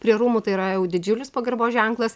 prie rūmų tai yra jau didžiulis pagarbos ženklas